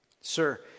Sir